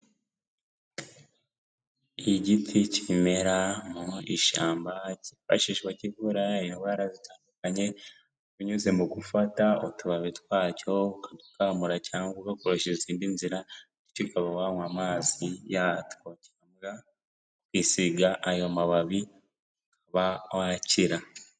Igiti kimera mu ishyamba cyifashishwa kivura indwara zitandukanye binyuze mu gufata utubabi twacyo ukadukamura cyangwa ugakoresha izindi nzira, bityo ukaba wanywa amazi yacyo cyangwa ukisiga ayo mababi ukaba wakira.